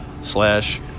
slash